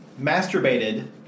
masturbated